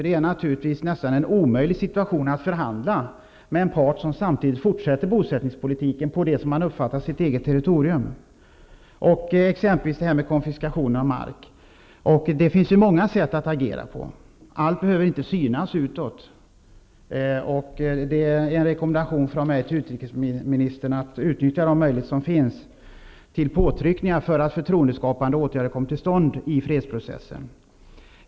Det är naturligtvis nästan omöjligt att förhandla med en part som samtidigt fortsätter sin bosättningspolitik på det som man uppfattar som sitt eget territorium. Det finns många sätt att agera på, t.ex. i fråga om konfiskationen av mark. Det finns många sätt att agera. Allt behöver inte synas utåt. En rekommendation från mig till utrikesministern är att utnyttja de möjligheter som finns till påtryckningar för att förtroendeskapande åtgärder skall komma till stånd i fredsprocessen.